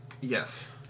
Yes